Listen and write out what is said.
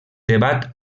debat